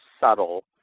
subtle